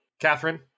Catherine